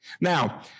Now